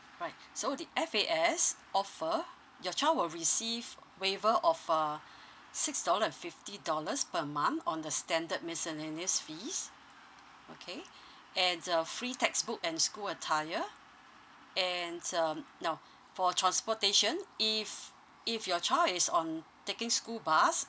right so the F_A_S offer your child will receive waiver of uh six dollar and fifty dollars per month on the standard miscellaneous fees okay and uh free textbook and school attire and um now for transportation if if your child is on taking school bus